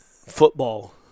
Football